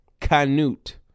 Canute